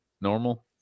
normal